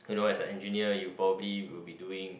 you know as an engineer you probably will be doing